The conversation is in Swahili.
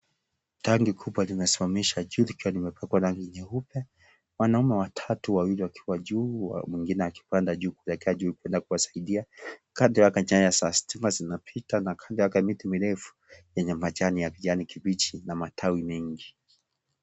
Tanki kubwa limesimamishwa juu likiwa limepakwa rangi nyeupe, wanaume watatu wawili wakiwa juu, mwingine akipanda juu kwenda juu kuwasaidia. Kando nyaya za stima zinapita, na kando yake miti mirefu yenye majani ya kijani kibichi, na matawi mengi.